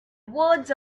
word